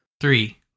Three